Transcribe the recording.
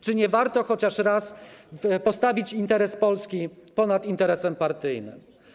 Czy nie warto chociaż raz postawić interes Polski ponad interesem partyjnym?